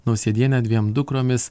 nausėdiene dviem dukromis